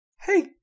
Hey